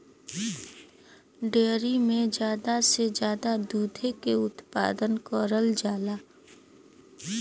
dairy में जादा से जादा दुधे के उत्पादन करल जाला